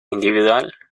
individual